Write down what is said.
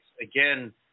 Again